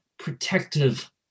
Protective